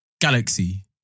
Galaxy